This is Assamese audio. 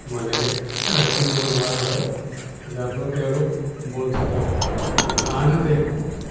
মানে কিনিব নোৱাৰা হয় যাৰ পৰাও তেওঁলোক বঞ্চিত হয় আনহাতে